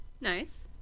Nice